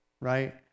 right